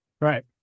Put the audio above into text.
right